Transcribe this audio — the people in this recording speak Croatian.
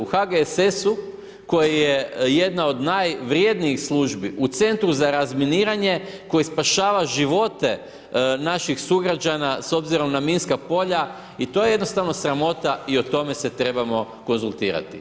U HGSS-u, koja je jedna od najvrjednijih službi u centru za razminiranje, koji spašava živote naših sugrađana s obzirom na minska polja i to je jednostavno sramota i o tome se trebamo konzultirati.